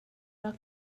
rak